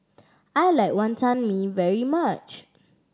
I like Wonton Mee very much